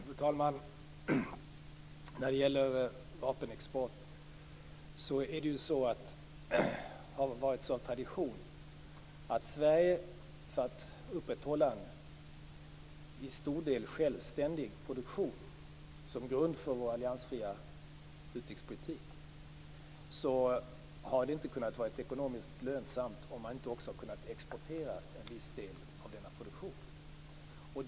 Fru talman! När det gäller vapenexport har det av tradition varit så att Sverige velat upprätthålla en i stor del självständig produktion som grund för vår alliansfria utrikespolitik. Men det hade inte varit lönsamt om man inte kunnat exportera en viss del av denna produktion.